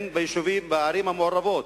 בערים המעורבות,